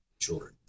children